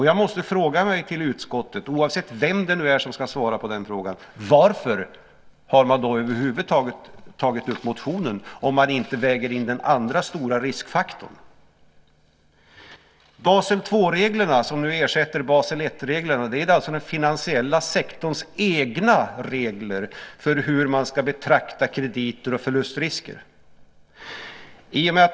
Jag måste ställa en fråga till utskottet, oavsett vem det nu är som ska svara på den frågan. Varför har man över huvud taget tagit upp motionen om man inte väger in den andra stora riskfaktorn? Basel 2-reglerna ersätter nu Basel 1-reglerna. Det är den finansiella sektorns egna regler för hur man ska betrakta krediter och förlustrisker.